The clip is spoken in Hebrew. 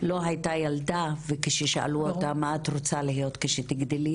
לא הייתה ילדה וכששאלו אותה מה את רוצה להיות כשתגדלי,